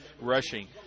rushing